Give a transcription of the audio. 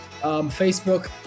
Facebook